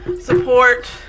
support